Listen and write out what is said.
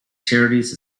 charities